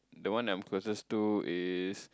the one I'm closest to is